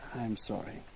i'm sorry.